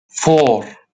four